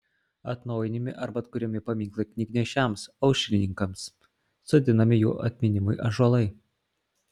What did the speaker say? atnaujinami arba atkuriami paminklai knygnešiams aušrininkams sodinami jų atminimui ąžuolai